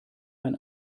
ein